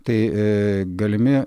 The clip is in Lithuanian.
tai aaa galimi